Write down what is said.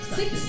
six